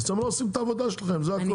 אז אתם לא עושים את העבודה שלכם.